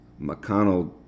McConnell